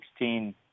2016